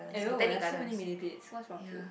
!aiyo! there so many millipedes what's wrong with you